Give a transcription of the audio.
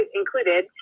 included